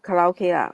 karaoke ah